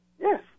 Yes